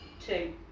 Two